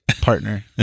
partner